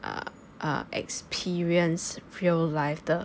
uh uh experience real life 的